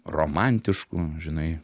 romantiškų žinai